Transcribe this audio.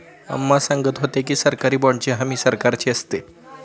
अम्मा सांगत होत्या की, सरकारी बाँडची हमी सरकारची असते